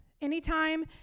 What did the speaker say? Anytime